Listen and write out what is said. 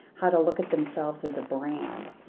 how to look at themselves as a brand,